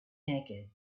naked